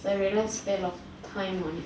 then realised spent a lot of time on it